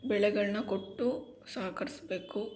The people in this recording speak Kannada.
ಬೆಳೆಗಳನ್ನ ಕೊಟ್ಟು ಸಹಕರ್ಸ್ಬೇಕು